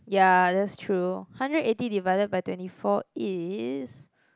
ya that's true hundred eighty divided by twenty four is